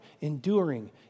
enduring